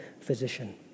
physician